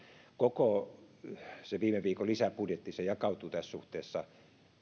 koko viime viikon lisäbudjetti jakautui tässä suhteessa